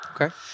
Okay